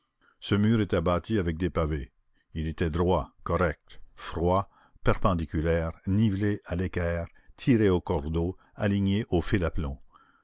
ce mur était bâti avec des pavés il était droit correct froid perpendiculaire nivelé à l'équerre tiré au cordeau aligné au fil